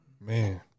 man